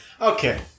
Okay